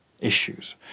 issues